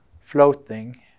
floating